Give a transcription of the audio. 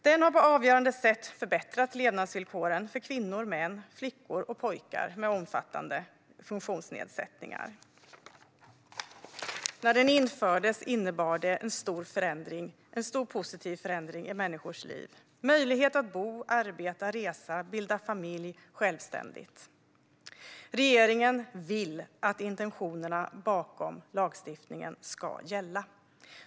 Den har på avgörande sätt förbättrat levnadsvillkoren för kvinnor, män, flickor och pojkar med omfattande funktionsnedsättningar. När den infördes innebar det en stor positiv förändring i människors liv med möjlighet att bo, arbeta, resa, bilda familj självständigt. Regeringen vill att intentionerna bakom lagstiftningen ska gälla.